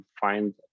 find